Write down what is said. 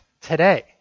today